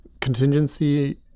contingency